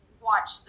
watch